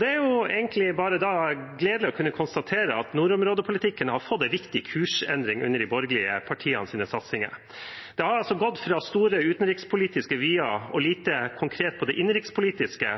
Det er med glede jeg kan konstatere at nordområdepolitikken har fått en viktig kursendring under de borgerlige partienes satsinger. Ved å ha gått fra store utenrikspolitiske vyer og lite konkret på det innenrikspolitiske,